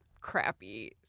crappy